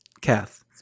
Kath